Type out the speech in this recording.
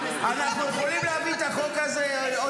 אנחנו יכולים להביא את החוק הזה לקריאה